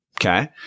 okay